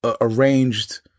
arranged